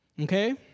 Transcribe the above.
okay